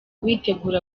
bitegura